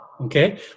Okay